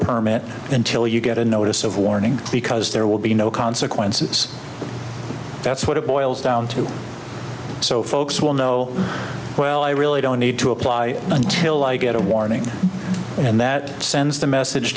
permit until you get a notice of warning because there will be no consequences that's what it boils down to so folks will know well i really don't need to apply until i get a warning and that sends the message